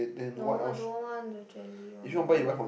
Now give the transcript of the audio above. no I don't want the jelly one